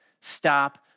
Stop